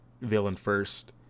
villain-first